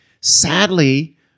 Sadly